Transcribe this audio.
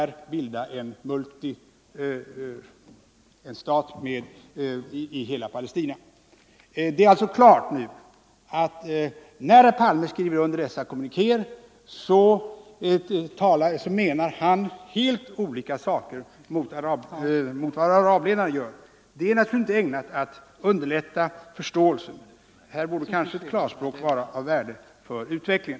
22 november 1974 Det är alltså nu klart att herr Palme när han skriver under dessa kommunikéer menar helt olika saker än vad arabledaren gör. Det är inte Ang. läget i ägnat att underlätta förståelsen av kommunikéerna. I detta avseende bor — Mellersta Östern, de ett klarspråk vara av värde för utvecklingen.